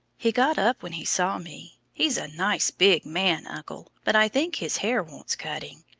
he got up when he saw me he's a nice big man, uncle, but i think his hair wants cutting.